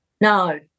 No